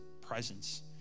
presence